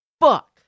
Fuck